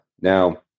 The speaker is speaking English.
Now